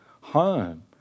home